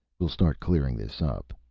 we'll start clearing this up.